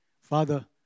Father